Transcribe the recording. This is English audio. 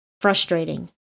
frustrating